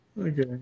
Okay